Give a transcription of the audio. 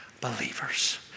believers